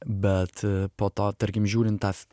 bet po to tarkim žiūrint tą